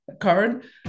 card